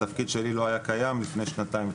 התפקיד שלי לא היה קיים לפני שנתיים,